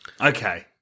okay